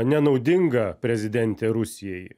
nenaudinga prezidentė rusijai